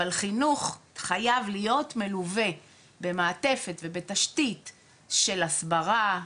אבל חינוך חייב להיות מלווה במעטפת ובתשתית של הסברה,